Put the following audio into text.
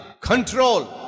control